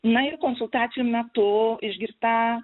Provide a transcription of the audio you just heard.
na ir konsultacijų metu išgirstą